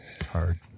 Hard